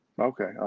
Okay